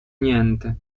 niente